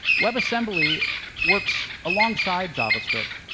webassembly works alongside javascript,